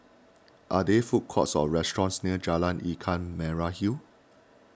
are they food courts or restaurants near Jalan Ikan Merah Hill